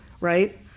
right